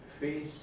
face